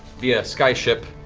via skyship,